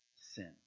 sin